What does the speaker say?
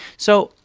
so,